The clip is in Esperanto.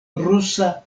rusa